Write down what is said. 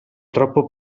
troppo